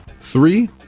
Three